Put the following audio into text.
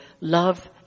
love